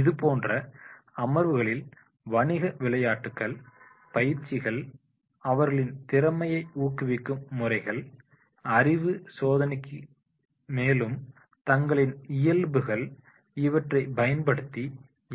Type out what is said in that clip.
இதுபோன்ற அமர்வுகளில் வணிக விளையாட்டுக்கள் பயிற்சிகள் அவர்களின் திறமையை ஊக்குவிக்கும் முறைகள் அறிவு சோதனைகள்மேலும் தங்களின் இயல்புகள் இவற்றை பயன்படுத்தி